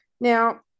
Now